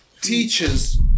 teachers